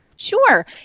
Sure